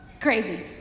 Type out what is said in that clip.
crazy